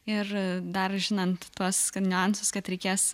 ir dar žinant tuos niuansus kad reikės